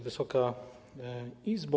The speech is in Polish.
Wysoka Izbo!